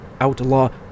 outlaw